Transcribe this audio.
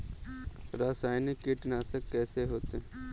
रासायनिक कीटनाशक कैसे होते हैं?